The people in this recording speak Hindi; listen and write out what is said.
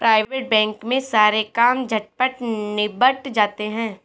प्राइवेट बैंक में सारे काम झटपट निबट जाते हैं